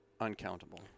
Uncountable